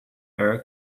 air